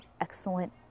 excellent